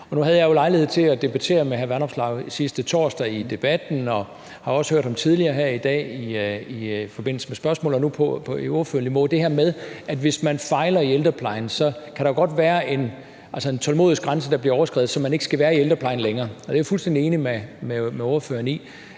Nu havde jeg jo lejlighed til at debattere med hr. Vanopslagh sidste torsdag i Debatten og har også hørt ham tidligere her i dag i forbindelse med spørgsmål og nu på ordførerniveau, og i forhold til det her med, at hvis man fejler i ældreplejen, kan der godt være en tålmodighedsgrænse, der bliver overskredet, så man ikke skal være i ældreplejen længere, og det er jeg fuldstændig enig med ordføreren i.